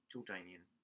Jordanian